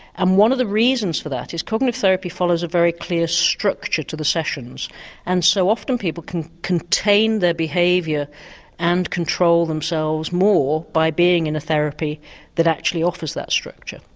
and one of the reasons for that is cognitive therapy follows a very clear structure to the sessions and so often people can contain their behaviour and control themselves more by being in a therapy that actually offers that structure.